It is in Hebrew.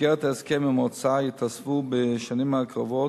במסגרת ההסכם עם האוצר יתווספו בשנים הקרובות